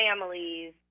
families